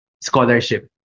scholarship